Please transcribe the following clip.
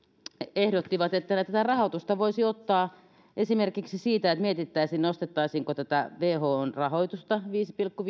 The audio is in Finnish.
ehdottivat että tätä rahoitusta voisi ottaa esimerkiksi siitä että mietittäisiin nostettaisiinko tätä whon rahoitusta viidellä pilkku